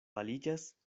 aliĝas